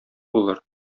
булыр